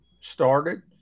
started